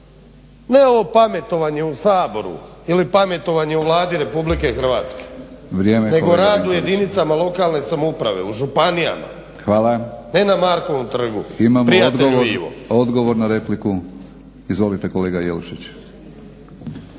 ne ovo pametovanje u Saboru ili pametovanje u Vladi RH … /Upadica: Vrijeme kolega./ … nego rad u jedinicama lokalne samouprave u županijama, ne na Markovu trgu prijatelju Ivo.